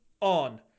on